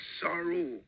sorrow